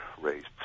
raised